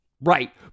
Right